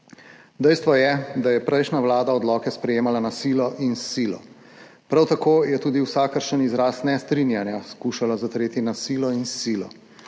Dejstvo je, da je prejšnja vlada odloke sprejemala na silo in s silo. Prav tako je tudi vsakršen izraz nestrinjanja skušala zatreti na silo in s silo.